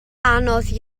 anodd